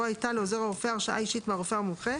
בסופו של דבר,